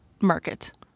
market